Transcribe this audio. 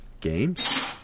games